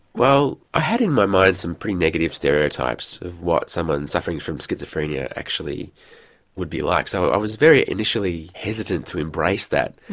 well i had in my mind some pretty negative stereotypes of what someone suffering from schizophrenia actually would be like, so i was very initially hesitant to embrace that.